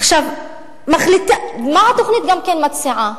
עכשיו, מה התוכנית גם כן מציעה?